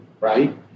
right